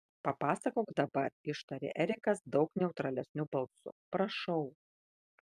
papasakok dabar ištarė erikas daug neutralesniu balsu prašau